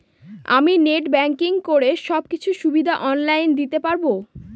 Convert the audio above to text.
আমি net banking করে সব কিছু সুবিধা অন লাইন দিতে পারবো?